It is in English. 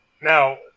Now